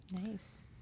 nice